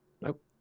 Nope